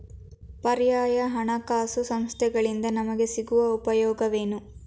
ಪರ್ಯಾಯ ಹಣಕಾಸು ಸಂಸ್ಥೆಗಳಿಂದ ನಮಗೆ ಸಿಗುವ ಉಪಯೋಗವೇನು?